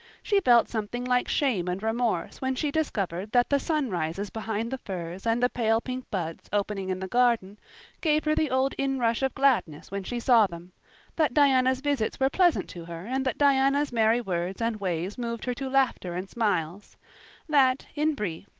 she felt something like shame and remorse when she discovered that the sunrises behind the firs and the pale pink buds opening in the garden gave her the old inrush of gladness when she saw them that diana's visits were pleasant to her and that diana's merry words and ways moved her to laughter and smiles that, in brief,